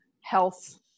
health